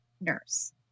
nurse